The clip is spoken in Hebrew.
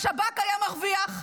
השב"כ היה מרוויח.